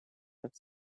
have